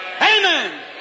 Amen